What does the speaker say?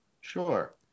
Sure